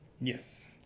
yes